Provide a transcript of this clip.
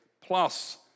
plus